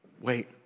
Wait